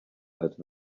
that